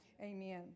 Amen